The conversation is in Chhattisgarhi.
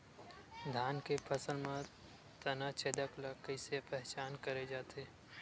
धान के फसल म तना छेदक ल कइसे पहचान करे जाथे?